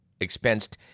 expensed